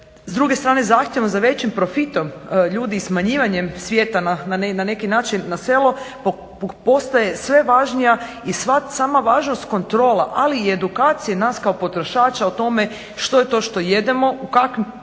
S druge strane zahtjevom za većim profitom ljudi i smanjivanjem svijeta na neki način na selo postaje sve važnija i sva sama važnost kontrola ali i edukacije nas kao potrošača o tome što je to što jedemo, u kakvoj se ambalaži